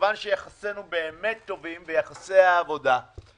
מכיוון שיחסי העבודה בינינו באמת טובים אני